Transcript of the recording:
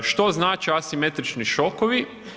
Što znače asimetrični šokovi?